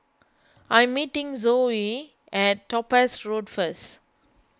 I am meeting Joe at Topaz Road first